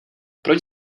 proč